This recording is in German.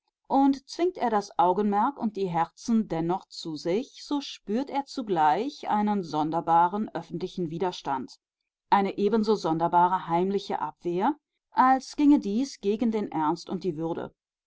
und zwingt er das augenmerk und die herzen dennoch zu sich so spürt er zugleich einen sonderbaren öffentlichen widerstand eine ebenso sonderbare heimliche abwehr als ginge dies gegen den ernst und die würde